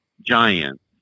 giants